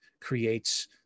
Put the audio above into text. creates